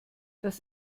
das